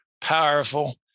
powerful